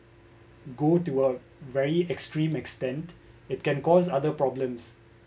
go to work very extreme extend it can cause other problems